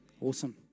Awesome